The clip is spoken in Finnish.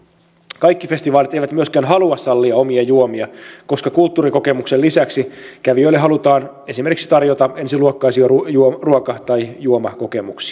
kaikki festivaalit eivät myöskään halua sallia omia juomia koska kulttuurikokemuksen lisäksi kävijöille halutaan esimerkiksi tarjota ensiluokkaisia ruoka tai juomakokemuksia